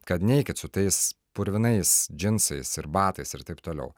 kad neikit su tais purvinais džinsais ir batais ir taip toliau